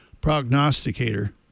prognosticator